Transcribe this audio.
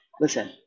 listen